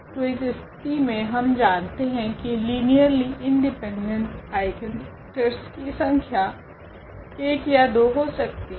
तो इस स्थिति मे हम जानते है की लीनियरली इंडिपेंडेंट आइगनवेक्टरस की संख्या 1 या 2 हो सकती है